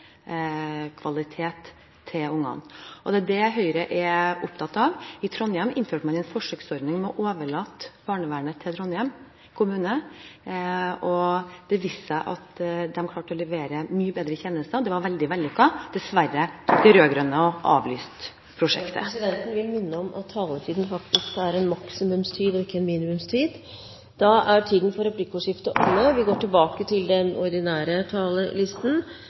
kvalitet til ungene. Det er det Høyre er opptatt av. I Trondheim innførte man en forsøksordning med å overlate barnevernet til Trondheim kommune. Det viste seg at de klarte å levere mye bedre tjenester – det var veldig vellykket. Dessverre har de rød-grønne avlyst prosjektet. Presidenten vil minne om at taletiden faktisk er en maksimumstid, og ikke en minimumstid. Replikkordskiftet er omme. Hvordan vi behandler barna er helt avgjørende for hvilket samfunn vi